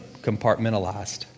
compartmentalized